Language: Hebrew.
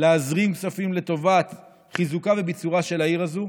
להזרים כספים לטובת חיזוקה וביצורה של העיר הזו.